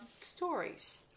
stories